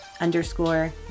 underscore